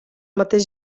mateix